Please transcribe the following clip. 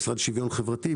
המשרד לשוויון חברתי,